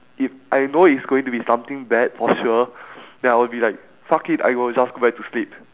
if I know is going to be something bad for sure then I will be like fuck it I will just go back to sleep